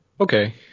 Okay